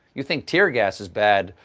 you think tear gas is bad,